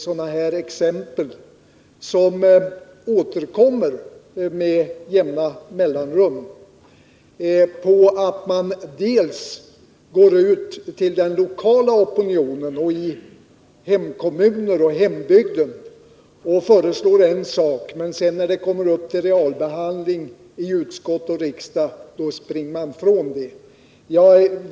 Sådana här exempel, som återkommer med jämna mellanrum, är sannerligen inte särskilt uppbyggande. Man går ut till den lokala opinionen i hemkommunen och i hembygden och föreslår en sak, men när det förslaget sedan kommer till realbehandling i utskott och kammare då springer man ifrån det.